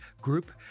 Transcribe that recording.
Group